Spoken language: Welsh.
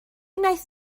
wnaeth